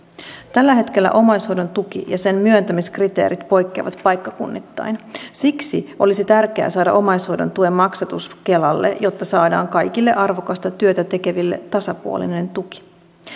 tällä hetkellä omaishoidon tuki ja sen myöntämiskriteerit poikkeavat paikkakunnittain siksi olisi tärkeää saada omaishoidon tuen maksatus kelalle jotta saadaan kaikille arvokasta työtä tekeville tasapuolinen tuki